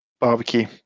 Barbecue